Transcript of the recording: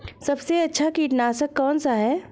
सबसे अच्छा कीटनाशक कौन सा है?